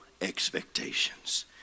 expectations